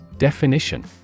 Definition